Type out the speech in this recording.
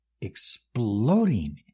exploding